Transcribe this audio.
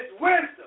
wisdom